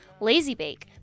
LazyBake